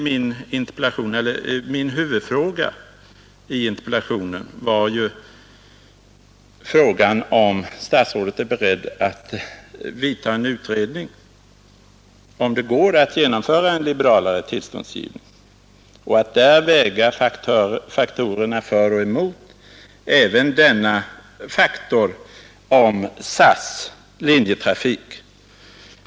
Den första frågan i min interpellation var ju om statsrådet är beredd att utreda möjligheterna att genomföra en liberalare tillståndsgivning och att därvid väga faktorerna för och emot, även denna faktor om SAS:s linjetrafik.